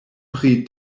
pri